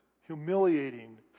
humiliating